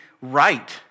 right